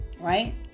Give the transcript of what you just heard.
right